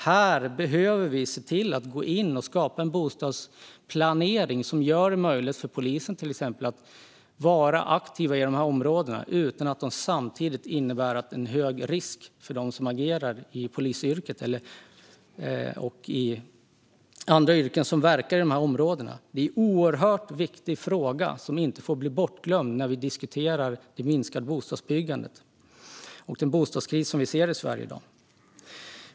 Här behöver vi gå in och skapa en bostadsplanering som gör det möjligt för till exempel polisen att vara aktiv utan att det innebär en hög risk för dem som agerar i polisyrket och andra yrken som verkar i de här områdena. Det är en oerhört viktig fråga som inte får bli bortglömd när vi diskuterar det minskade bostadsbyggandet och den bostadskris som vi ser i Sverige i dag.